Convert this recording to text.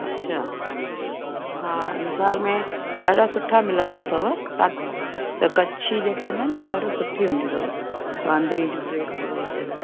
अछा हा अंजार में ॾाढा सुठा सुठा मिलंदा अथव तात त कच्छी जेके हुंदा आहिनि न उहो ॾाढी सुठी हूंदी अथव बांधिणी जूं ड्रेसूं वग़ैरह